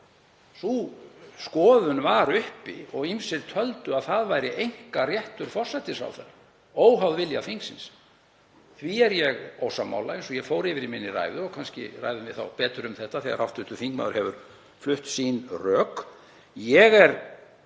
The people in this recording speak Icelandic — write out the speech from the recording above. Sú skoðun var uppi og ýmsir töldu að það væri einkaréttur forsætisráðherra óháð vilja þingsins. Því er ég ósammála, eins og ég fór yfir í ræðu minni, og kannski ræðum við þá betur um þetta þegar hv. þingmaður hefur flutt sín rök. Mér